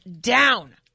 down